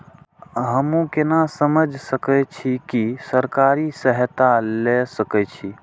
हमू केना समझ सके छी की सरकारी सहायता ले सके छी?